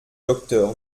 docteur